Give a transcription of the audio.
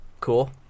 Cool